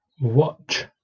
Watch